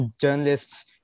journalists